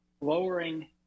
lowering